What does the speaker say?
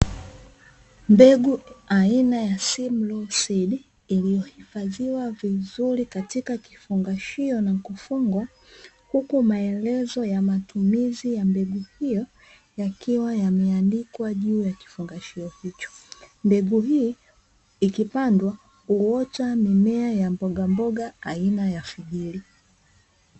Mbegu aina ya (Simlaw seeds), iliyohifadhiwa vizuri katika kifungashio na kufungwa, huku maelezo ya matumizi ya mbegu hiyo yakiwa yameandikwa juu ya kifungashio hicho. Mbegu hii ikipandwa, huota mimea ya mbogamboga aina ya figiri.